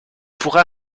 pourra